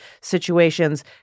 situations